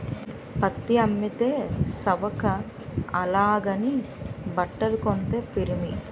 పత్తి అమ్మితే సవక అలాగని బట్టలు కొంతే పిరిమి